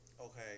okay